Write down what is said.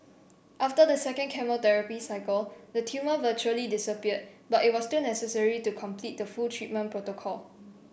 after the second chemotherapy cycle the tumour virtually disappeared but it was still necessary to complete the full treatment protocol